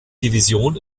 division